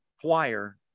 choir